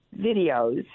videos